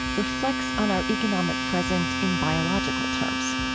reflects on our economic present in biological terms.